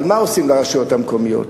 אבל מה עושים לרשויות המקומיות?